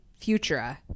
Futura